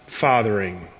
fathering